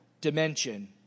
Dimension